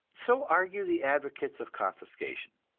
so argue the advocates of confiscation.